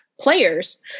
players